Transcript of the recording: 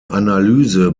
analyse